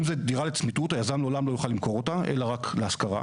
אם זו דירה לצמיתות היזם לעולם לא יוכל למכור אותה אלא רק להשכרה,